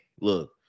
look